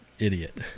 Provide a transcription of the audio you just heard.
idiot